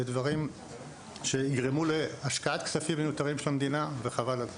אלה דברים שיגרמו להשקעת כספים מיותרים של המדינה וחבל על זה.